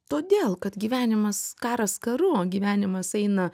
todėl kad gyvenimas karas karu gyvenimas eina